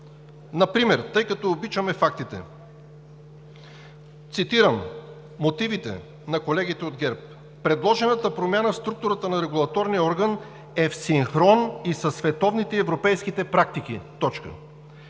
блато. Тъй като обичаме фактите, цитирам мотивите на колегите от ГЕРБ: „Предложената промяна в структурата на регулаторния орган е в синхрон и със световните и с европейските практики.“ Точка!